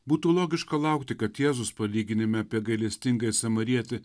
būtų logiška laukti kad jėzus palyginime apie gailestingąjį samarietį